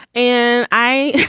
and i.